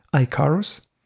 Icarus